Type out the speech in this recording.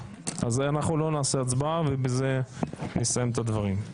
אז אנחנו לא נקיים הצבעה ובזה נסיים את הדברים.